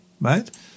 right